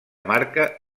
marca